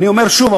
ואני אומר שוב,